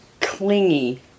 clingy